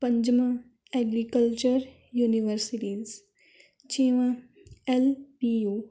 ਪੰਜਵਾਂ agriculture universities ਛੇਵਾਂ L P you